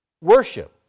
worship